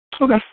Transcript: Okay